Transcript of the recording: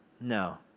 no